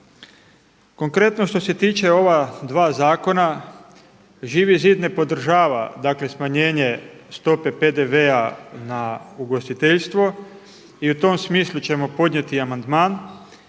Konkretno što se tiče ova dva zakona Živi zid ne podržava, dakle smanjenje stope PDV-a na ugostiteljstvo i u tom smislu ćemo podnijeti i amandman,